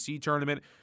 tournament